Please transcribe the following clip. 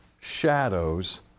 shadows